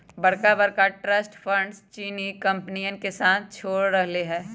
बड़का बड़का trust funds चीनी कंपनियन के साथ छोड़ रहले है